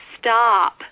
stop